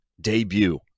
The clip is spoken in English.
Debut